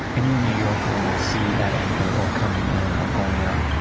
any new yorker will see at anchor or coming in or going out,